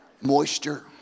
moisture